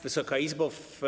Wysoka Izbo!